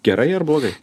gerai ar blogai